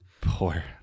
poor